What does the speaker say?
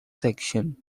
section